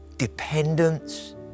Dependence